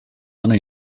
ano